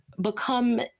become